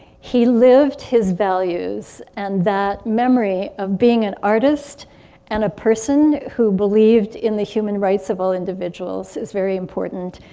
he lived his values and that memory of being an artist and a person who believed in the human rights of all individuals is very important.